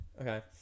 Okay